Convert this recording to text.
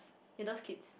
he loves kids